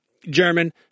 German